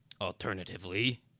alternatively